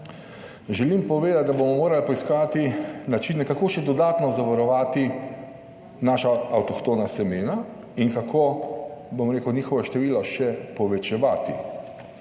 Želim povedati, da bomo morali poiskati načine, kako še dodatno zavarovati naša avtohtona semena in kako, bom rekel, njihovo število še povečevati.